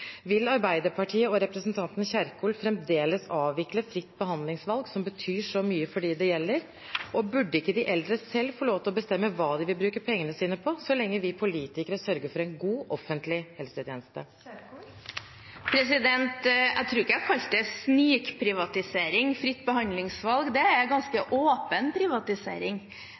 Vil Arbeiderpartiet og representanten Kjerkol fremdeles avvikle fritt behandlingsvalg, som betyr så mye for dem det gjelder? Burde ikke de eldre selv få lov til å bestemme hva de skal bruke pengene sine på, så lenge vi politikere sørger for en god offentlig helsetjeneste? Jeg tror ikke at jeg kalte fritt behandlingsvalg for snikprivatisering; det er en ganske åpen privatisering.